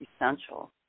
essential